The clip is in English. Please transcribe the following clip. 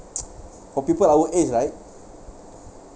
for people our age right